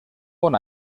bon